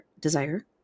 desire